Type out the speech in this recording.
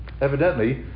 Evidently